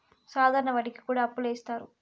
సాధారణ వడ్డీ కి కూడా అప్పులు ఇత్తారు